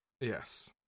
Yes